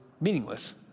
meaningless